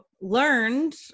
learned